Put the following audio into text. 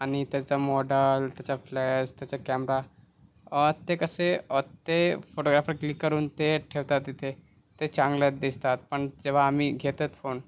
आणि त्याचा मोडाल त्याचा फ्लॅश त्याचा कॅमरा ते कसे ते फोटोग्राफर क्लिक करून ते ठेवतात तिथे ते चांगला दिसतात पण जेव्हा आम्ही घेतात फोन